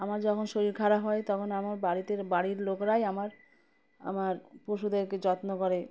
আমার যখন শরীর খারাপ হয় তখন আমার বাড়িতে বাড়ির লোকরাই আমার আমার পশুদেরকে যত্ন করে